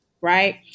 right